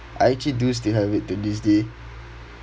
I actually do still have it to this day